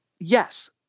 yes